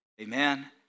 Amen